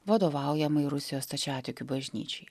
vadovaujamai rusijos stačiatikių bažnyčiai